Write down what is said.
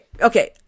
okay